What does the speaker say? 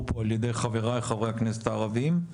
פה על ידי חבריי חברי הכנסת הערבים,